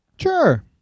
Sure